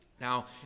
Now